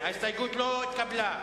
רשויות מקומיות, לא נתקבלה.